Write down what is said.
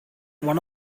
one